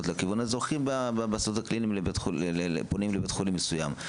לכיוון הזה אז פונים לבית חולים מסוים.